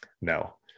no